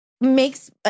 makes